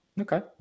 Okay